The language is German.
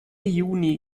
juni